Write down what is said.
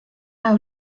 awr